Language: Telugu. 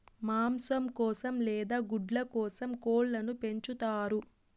మాంసం కోసం లేదా గుడ్ల కోసం కోళ్ళను పెంచుతారు